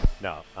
No